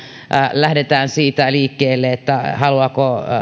lähdetään siitä liikkeelle haluavatko